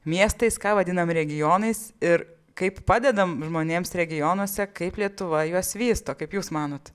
miestais ką vadinam regionais ir kaip padedam žmonėms regionuose kaip lietuva juos vysto kaip jūs manot